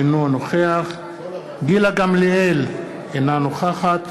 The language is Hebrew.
אינו נוכח גילה גמליאל, אינה נוכחת